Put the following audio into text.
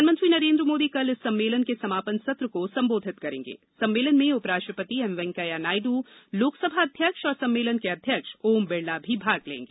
प्रधानमंत्री नरेंद्र मोदी कल इस सम्मेलन के समापन सत्र को संबोधित करेंगे सम्मेलन में उपराष्ट्रपति एम वेंकैया नायडू लोकसभा अध्यक्ष और सम्मेलन के अध्यक्ष ओम बिड़ला भी भाग लेंगे